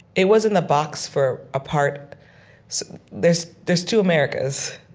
it was in the box for a part so there's there's two americas.